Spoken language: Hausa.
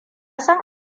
san